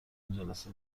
جلسه